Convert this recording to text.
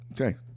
Okay